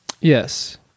Yes